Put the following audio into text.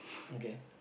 okay